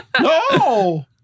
No